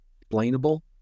explainable